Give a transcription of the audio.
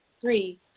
Three